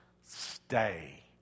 stay